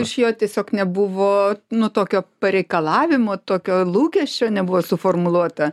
iš jo tiesiog nebuvo nu tokio pareikalavimo tokio lūkesčio nebuvo suformuluota